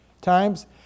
times